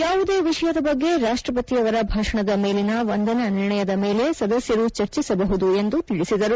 ಯಾವುದೇ ವಿಷಯದ ಬಗ್ಗೆ ರಾಷ್ಟ ಪತಿಯವರ ಭಾಷಣದ ಮೇಲಿನ ವಂದನಾ ನಿರ್ಣಯದ ಮೇಲೆ ಸದಸ್ಯರು ಚರ್ಚಿಸಬಹುದು ಎಂದು ತಿಳಿಸಿದರು